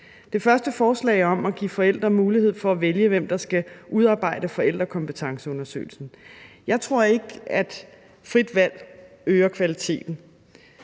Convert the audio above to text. Det første forslag er at give forældre mulighed for at vælge, hvem der skal udarbejde forældrekompetenceundersøgelsen. Jeg tror ikke, at frit valg øger kvaliteten.